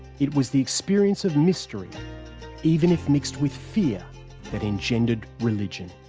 it was the experience of mystery even if mixed with fear that engendered religion.